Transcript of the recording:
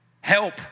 help